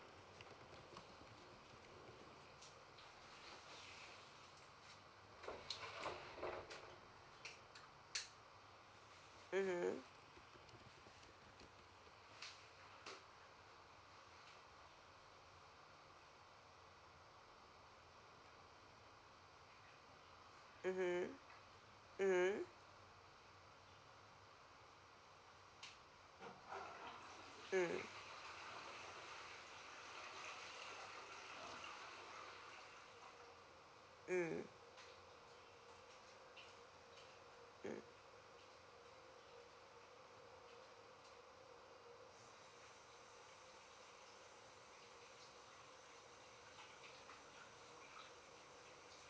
mmhmm mmhmm mmhmm mm mm mm